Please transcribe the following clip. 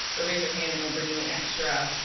or raise your hand and we'll bring you an extra,